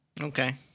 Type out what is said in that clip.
Okay